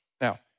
Now